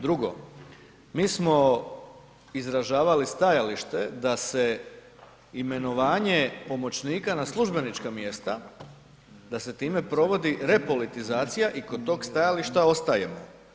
Drugo mi smo izražavali stajalište da se imenovanje pomoćnika na službenička mjesta, da se time provodi repolitizacija i tog stajališta ostajemo.